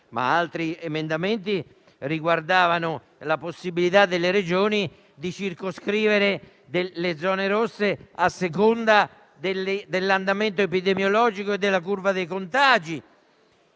Altri emendamenti riguardavano la possibilità delle Regioni di circoscrivere le zone rosse a seconda dell'andamento epidemiologico della curva dei contagi;